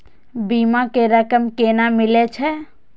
बीमा के रकम केना मिले छै?